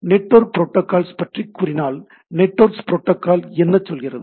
network protocol பற்றி கூறினால் network protocol என்ன சொல்கிறது